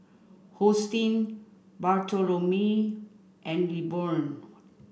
Hosteen Bartholomew and Lilburn